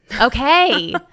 okay